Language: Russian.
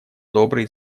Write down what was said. добрые